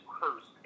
cursed